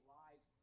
lives